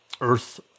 earth